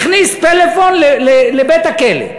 הכניס פלאפון לבית-הכלא,